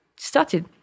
started